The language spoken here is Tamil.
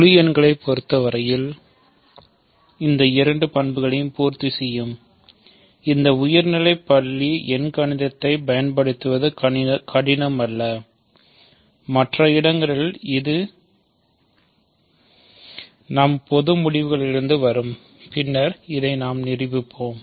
முழு எண்களைப் பொறுத்தவரை இந்த இரு பண்புகளையும் பூர்த்தி செய்யும் இந்த உயர்நிலைப் பள்ளி எண்கணிதத்தைப் பயன்படுத்துவது கடினம் அல்ல மற்ற இடங்களில் இது நம் பொது முடிவுகளிலிருந்து வரும் பின்னர் நாம் இதை நிரூபிப்போம்